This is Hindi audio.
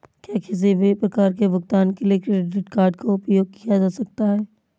क्या किसी भी प्रकार के भुगतान के लिए क्रेडिट कार्ड का उपयोग किया जा सकता है?